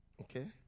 Okay